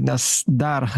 nes dar